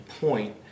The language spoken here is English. point